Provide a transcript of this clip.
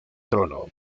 trono